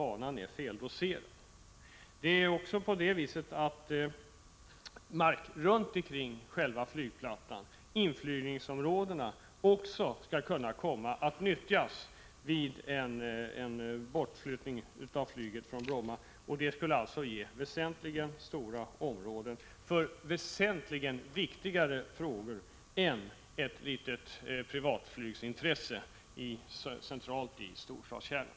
Man skulle också kunna nyttja inflygningsområdena runt flygplattan om man flyttar flyget från Bromma. På detta sätt skulle man få väsentligt större områden för väsentligt viktigare ändamål än ett litet privatflygfält som är centralt beläget i storstadskärnan.